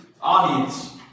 audience